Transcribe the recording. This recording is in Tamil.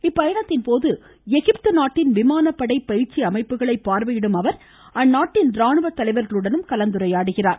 இந்த பயணத்தின் போது எகிப்து நாட்டின் விமானப்படை பயிற்சி அமைப்புகளை பார்வையிடும் அவர் அந்நாட்டின் ராணுவ தலைவர்களுடன் கலந்துரையாடுகிறார்